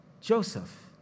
Joseph